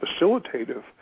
facilitative